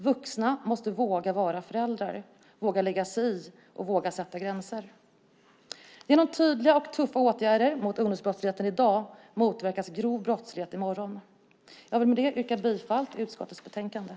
Vuxna måste våga vara föräldrar, våga lägga sig i och våga sätta gränser. Genom tydliga och tuffa åtgärder mot ungdomsbrottsligheten i dag motverkas grov brottslighet i morgon. Jag vill med detta yrka bifall till utskottets förslag i betänkandet.